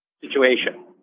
situation